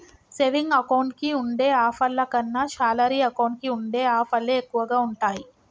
saving account కి ఉండే ఆఫర్ల కన్నా శాలరీ అకౌంట్ కి ఉండే ఆఫర్లే ఎక్కువగా ఉంటాయి